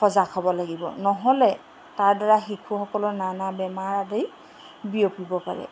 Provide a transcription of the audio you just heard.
সজাগ হ'ব লাগিব নহ'লে তাৰদ্বাৰা শিশুসকলৰ নানা বেমাৰ আদি বিয়পিব পাৰে